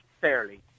fairly